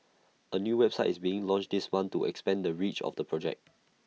A new website is being launched this month to expand the reach of the project